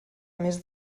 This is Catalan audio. més